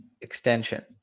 extension